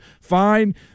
Fine